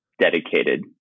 dedicated